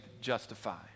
justify